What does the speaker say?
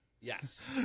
Yes